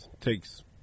takes